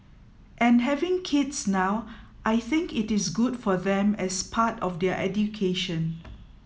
and having kids now I think it is good for them as part of their education